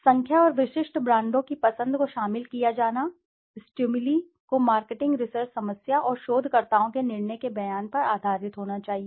संख्या और विशिष्ट ब्रांडों की पसंद को शामिल किया जाना स्टिमुली को मार्केटिंग रिसर्च समस्या और शोधकर्ता के निर्णय के बयान पर आधारित होना चाहिए